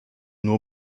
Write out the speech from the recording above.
nur